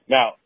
Now